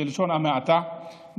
בלשון המעטה,